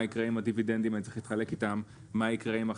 מה יקרה עם הדיבידנדים, אם אני צריך להתחלק איתם?